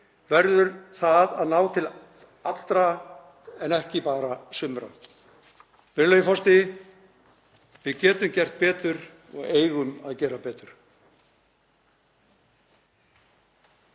verður það að ná til allra en ekki bara sumra. Virðulegi forseti. Við getum gert betur og eigum að gera betur.